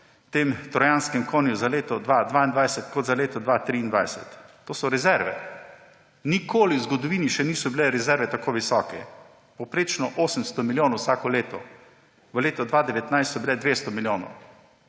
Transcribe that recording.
tem trojanskem konju za leto 2022 in za leto 2023. To so rezerve. Nikoli v zgodovini še niso bile rezerve tako visoke. Povprečno 800 milijonov vsako leto. V letu 2019 so bile 200 milijonov.